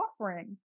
offering